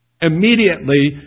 Immediately